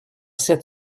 sept